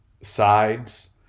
sides